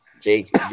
Jake